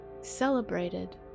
celebrated